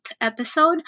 episode